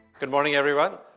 good morning, everyone.